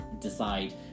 decide